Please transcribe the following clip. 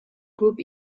group